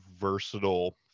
versatile